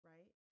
Right